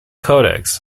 codex